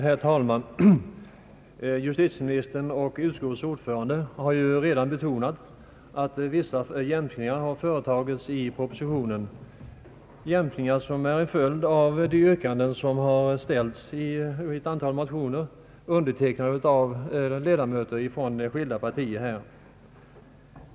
Herr talman! Justitieministern och utskottets ordförande har ju redan betonat att vissa jämkningar har företagits i propositionen, jämkningar som är en följd av de yrkanden som har ställts i ett antal motioner undertecknade av ledamöter från skilda partier.